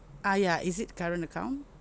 ah ya is it current account